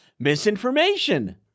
Misinformation